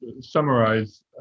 summarize